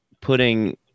putting